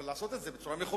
אבל לעשות את זה בצורה מכובדת,